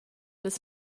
las